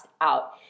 out